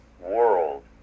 world